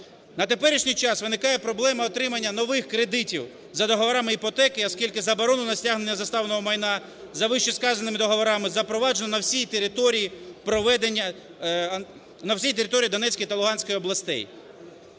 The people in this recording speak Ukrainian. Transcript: На теперішній час виникає проблема отримання нових кредитів за договорами іпотеки, оскільки заборонено стягнення заставного майна за вищесказаними договорами, запроваджено на всій території проведення… на всій